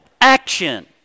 action